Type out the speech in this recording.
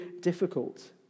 difficult